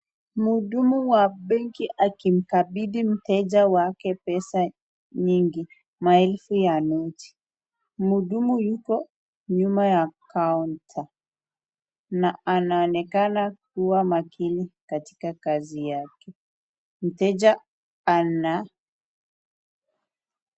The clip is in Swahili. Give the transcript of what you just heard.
Mhudumu wa benki akimkabidhi mteja wake pesa nyingi, maelfu ya noti. Mhudumu yuko nyuma ya kaunta na anaonekana kuwa makini katika kazi yake. Mteja ana